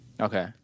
okay